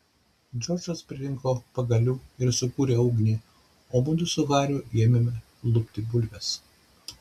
džordžas pririnko pagalių ir sukūrė ugnį o mudu su hariu ėmėme lupti bulves